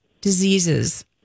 diseases